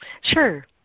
Sure